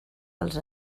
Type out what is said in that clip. dels